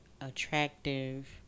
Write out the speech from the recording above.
attractive